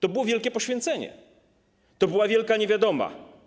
To było wielkie poświęcenie, to była wielka niewiadoma.